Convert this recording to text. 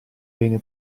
bene